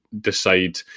decide